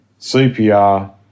CPR